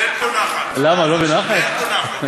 לעשות כזה דבר?